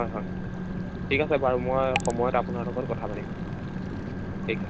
হয় হয় ঠিক আছে বাৰু মই সময়ত আপোনাৰ লগত কথা পাতিম ঠিক আছে